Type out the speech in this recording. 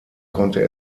konnte